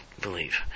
believe